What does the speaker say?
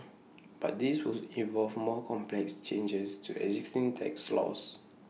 but this would involve more complex changes to existing tax laws